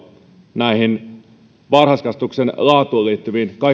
näihin kaikkiin varhaiskasvatuksen laatuun liittyviin